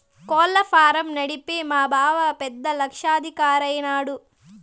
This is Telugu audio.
కోళ్ల ఫారం నడిపి మా బావ పెద్ద లక్షాధికారైన నాడు